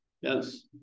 Yes